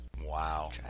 Wow